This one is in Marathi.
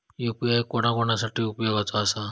यू.पी.आय कोणा कोणा साठी उपयोगाचा आसा?